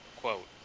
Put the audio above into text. Quote